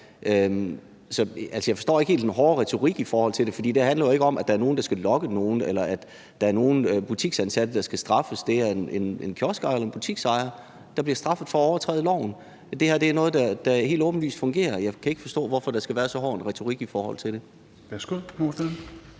jeg forstår ikke helt den hårde retorik i forhold til det, for det handler jo ikke om, at der er nogen, der skal lokke nogen, eller at der er nogle butiksansatte, der skal straffes. Det er en kioskejer eller en butiksejer, der bliver straffet for at overtræde loven. Det her er noget, der helt åbenlyst fungerer, og jeg kan ikke forstå, hvorfor der skal være så hård en retorik i forhold til det. Kl.